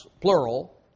plural